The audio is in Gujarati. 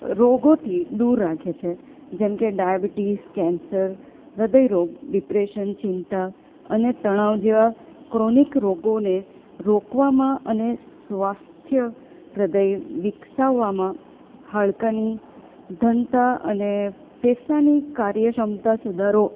રોગોથી દૂર રાખે છે જેમકે ડાયાબિટીસ કેન્સર હૃદય રોગ ડિપ્રેશન ચિંતા અને તણાવ જેવા ક્રોનિક રોગોને રોકવામાં અને સ્વસ્થ હૃદય વિકસાવવામાં હાડકાની ઘનતા અને ફેફસાની કાર્યક્ષમતા સુધારો